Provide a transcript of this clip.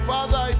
Father